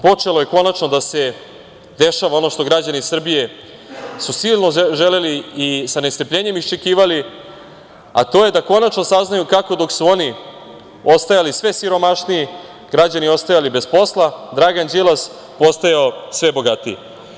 Počelo je konačno da se dešava ono što su građani Srbije silno želeli i sa nestrpljenjem iščekivali, a to je da konačno saznaju dok su oni ostajali sve siromašniji, građani ostajali bez posla, Dragan Đilas postajao sve bogatiji.